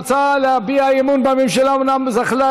ההצעה להביע אי-אמון בממשלה אומנם זכתה